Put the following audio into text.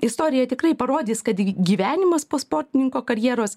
istorija tikrai parodys kad gyvenimas po sportininko karjeros